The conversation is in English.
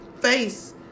face